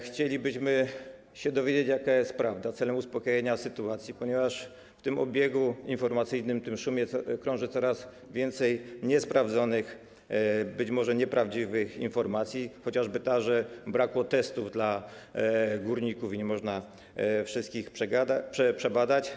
Chcielibyśmy się dowiedzieć, jaka jest prawda, celem uspokojenia sytuacji, ponieważ w tym obiegu informacyjnym, tym szumie krąży coraz więcej niesprawdzonych, być może nieprawdziwych, informacji, chociażby ta, że zabrakło testów dla górników i nie można wszystkich przebadać.